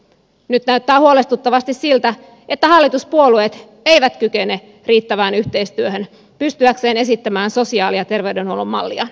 nyt näyttää huolestuttavasti siltä että hallituspuolueet eivät kykene riittävään yhteistyöhön pystyäkseen esittämään sosiaali ja terveydenhuollon malliaan